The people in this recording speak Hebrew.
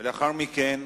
לאחר מכן,